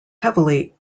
heavily